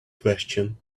question